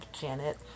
janet